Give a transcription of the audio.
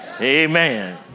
amen